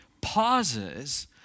pauses